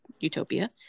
Utopia